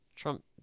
Trump